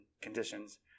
conditions